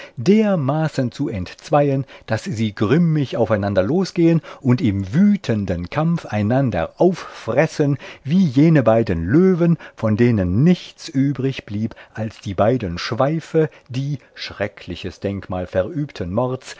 dermaßen zu entzweien daß sie grimmig aufeinander losgehen und im wütenden kampf einander auffressen wie jene beiden löwen von denen nichts übrig blieb als die beiden schweife die schreckliches denkmal verübtes mords